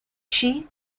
she